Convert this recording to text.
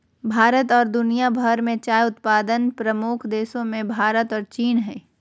भारत और दुनिया भर में चाय उत्पादन प्रमुख देशों मेंभारत और चीन हइ